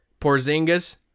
Porzingis